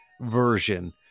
version